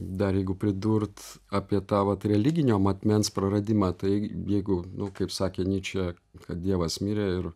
dar jeigu pridurt apie tą vat religinio matmens praradimą tai jeigu nu kaip sakė nyčė kad dievas mirė ir